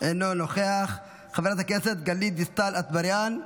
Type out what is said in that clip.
אינו נוכח, חברת הכנסת גלית דיסטל אטבריאן,